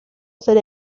ser